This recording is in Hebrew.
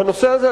בנושא הזה,